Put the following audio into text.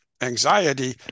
anxiety